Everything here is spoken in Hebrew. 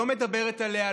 לא מדברת עליה,